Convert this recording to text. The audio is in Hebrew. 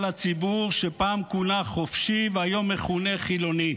הציבור שפעם כונה חופשי והיום מכונה חילוני,